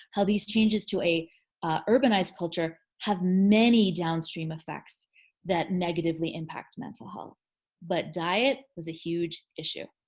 how these changes to a urbanized culture have many downstream effects that negatively impact mental health but diet was a huge issue.